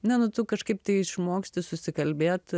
ne nu tu kažkaip tai išmoksti susikalbėt